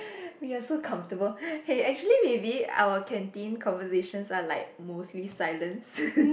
we are so comfortable hey actually maybe our canteen conversation are like mostly silence